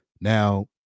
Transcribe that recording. Now